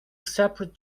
separate